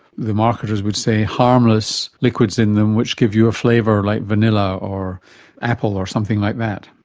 the marketers would say, harmless liquids in them which give you a flavour like vanilla or apple or something like that.